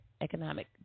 economic